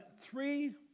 three